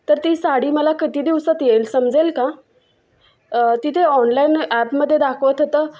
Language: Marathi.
तर ती साडी मला किती दिवसात येईल समजेल का तिथे ऑनलाईन ॲपमध्ये दाखवत होतं